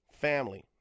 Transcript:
Family